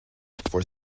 for